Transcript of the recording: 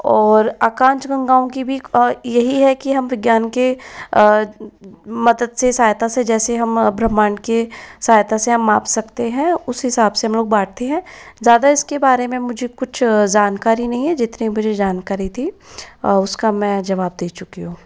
और आकाशगंगाओं की भी यही है कि हम विज्ञान के मतद से सहायता से जैसे हम ब्रह्मांड के सहायता से हम माप सकते हैं उस हिसाब से हम लोग बांटते हैं ज़्यादा इसके बारे में मुझे कुछ जानकारी नहीं है जितनी मुझे जानकारी थी उसका मैं जवाब दे चुकी हूँ